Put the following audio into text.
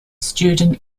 student